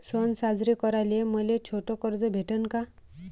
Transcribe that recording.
सन साजरे कराले मले छोट कर्ज भेटन का?